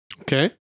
Okay